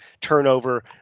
turnover